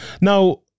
Now